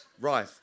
Right